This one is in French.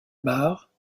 barre